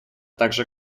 также